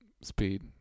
speed